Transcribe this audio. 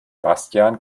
bastian